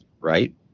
right